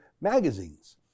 magazines